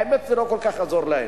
האמת, זה לא כל כך יעזור להם.